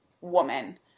woman